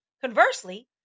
Conversely